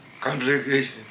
complication